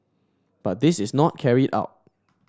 but this is not carried out